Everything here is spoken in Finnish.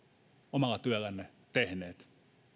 omalla työllänne tehneet